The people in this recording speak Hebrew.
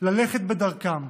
ללכת בדרכם,